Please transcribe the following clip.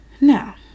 Now